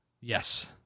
Yes